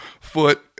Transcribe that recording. foot